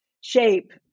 shape